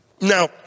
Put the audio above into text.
Now